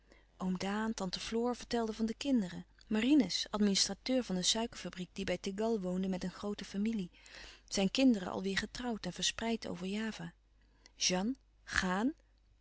om oom daan tante floor vertelde van de kinderen marinus administrateur van een suikerfabriek die bij tegal woonde met een groote familie zijn kinderen al weêr getrouwd en verspreid over java jeanne chaan